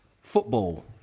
Football